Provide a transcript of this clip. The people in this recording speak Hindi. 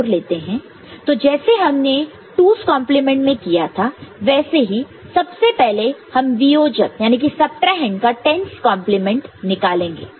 तो जैसे हमने 2's कंप्लीमेंट 2's complement मैं किया था वैसे ही सबसे पहले हम वियोजक सबट्राहैंड subtrahend का 10's कंप्लीमेंट 10's complement निकालेंगे